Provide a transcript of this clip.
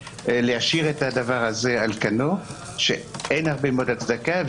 להשאיר את הדבר זהה על כנו כשאין הרבה הצדקה,